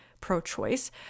pro-choice